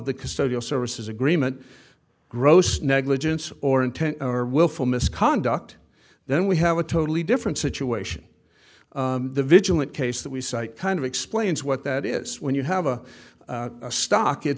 the custodial services agreement gross negligence or intent or willful misconduct then we have a totally different situation the vigilant case that we cite kind of explains what that is when you have a stock it's